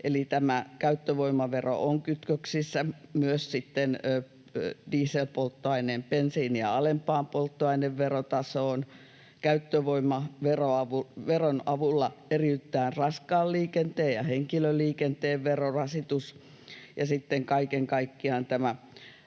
käyttövoimavero on kytköksissä myös sitten dieselpolttoaineen bensiiniä alempaan polttoaineverotasoon, käyttövoimaveron avulla eriytetään raskaan liikenteen ja henkilöliikenteen verorasitus,